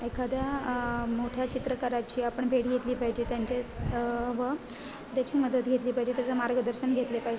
एखाद्या मोठ्या चित्रकाराची आपण भेट घेतली पाहिजे त्यांच्या व त्याची मदत घेतली पाहिजे त्याचं मार्गदर्शन घेतले पाहिजे